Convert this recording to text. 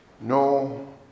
No